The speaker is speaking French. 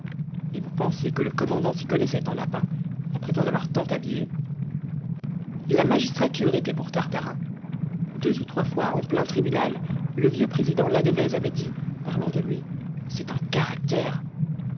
et vous pensez que le commandant s'y connaissait en lapins après en avoir tant habillé la magistrature était pour tartarin deux ou trois fois en plein tribunal le vieux président ladevèze avait dit parlant de lui c'est un caractère